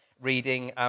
reading